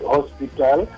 Hospital